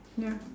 ya